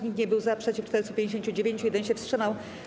Nikt nie był za, przeciw - 459, 1 się wstrzymał.